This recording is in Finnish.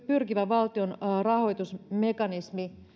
pyrkivä valtion rahoitusmekanismi